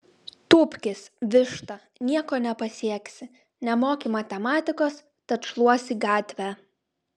tūpkis višta nieko nepasieksi nemoki matematikos tad šluosi gatvę